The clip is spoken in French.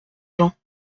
gens